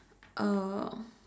um